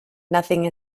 nothing